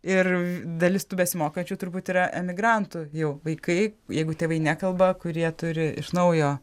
irv dalis tų besimokančių turbūt yra emigrantų jau vaikai jeigu tėvai nekalba kurie turi iš naujo